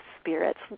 spirits